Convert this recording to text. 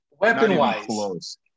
Weapon-wise